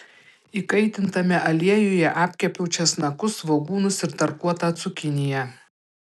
įkaitintame aliejuje apkepiau česnakus svogūnus ir tarkuotą cukiniją